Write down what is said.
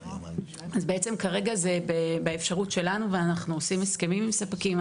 אז בעצם כרגע זה באפשרות שלנו ואנחנו עושים הסכמים עם ספקים.